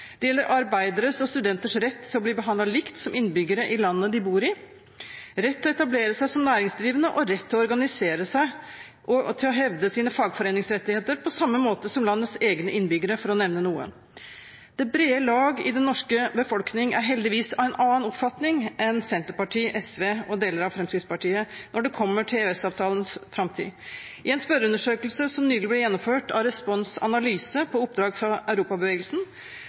studenters rett til å bli behandlet likt med innbyggere i landet de bor i, rett til å etablere seg som næringsdrivende og rett til å organisere seg og til å hevde sine fagforeningsrettigheter på samme måte som landets egne innbyggere – for å nevne noe. Det brede lag i den norske befolkning er heldigvis av en annen oppfatning enn Senterpartiet, SV og deler av Fremskrittspartiet når det kommer til EØS-avtalens framtid. I en spørreundersøkelse som nylig ble gjennomført av Respons Analyse på oppdrag fra Europabevegelsen,